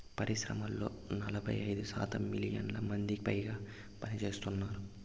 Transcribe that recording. పరిశ్రమల్లో నలభై ఐదు శాతం మిలియన్ల మందికిపైగా పనిచేస్తున్నారు